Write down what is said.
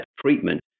treatment